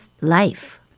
life